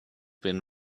been